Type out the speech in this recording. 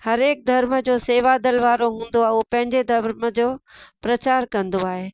हर एक धर्म जो सेवा दल वारो हूंदो आहे उहो पंहिंजे धर्म जो प्रचार कंदो आहे